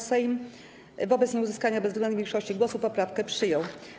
Sejm wobec nieuzyskania bezwzględnej większości głosów poprawkę przyjął.